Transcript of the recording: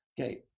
okay